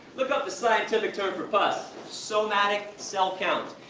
look up the scientific term for pus somatic cell count.